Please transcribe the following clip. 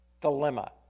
dilemma